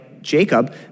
Jacob